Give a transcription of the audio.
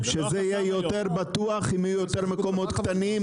שזה יהיה יותר בטוח אם יהיו יותר מקומות קטנים,